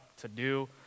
to-do